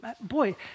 boy